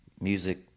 music